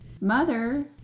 Mother